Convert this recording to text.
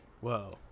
whoa